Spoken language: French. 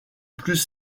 plus